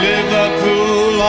Liverpool